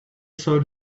saw